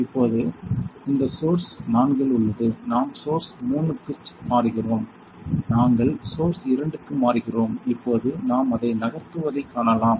இப்போது இது சோர்ஸ் 4 இல் உள்ளது நாம் சோர்ஸ் 3 க்கு மாறுகிறோம் நாங்கள் சோர்ஸ் 2 க்கு மாறுகிறோம் இப்போது நாம் அதை நகர்த்துவதைக் காணலாம்